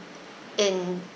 in